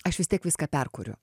aš vis tiek viską perkuriu